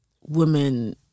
women